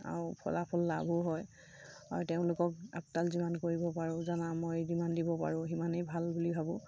আৰু ফলাফল লাভো হয় আৰু তেওঁলোকক আপডাল যিমান কৰিব পাৰোঁ দানা মই যিমান দিব পাৰোঁ সিমানেই ভাল বুলি ভাবোঁ